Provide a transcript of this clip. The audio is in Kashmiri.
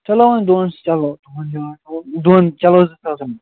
چلو وۅنۍ دۄن چلو تُہنٛد یاد تھاوَو دۄن چلو زٕ ساس ہٮ۪مو